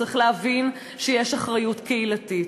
צריך להבין שיש אחריות קהילתית.